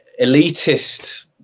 elitist